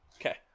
Okay